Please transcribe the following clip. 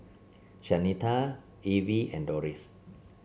Shanita Evie and Doris